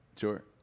sure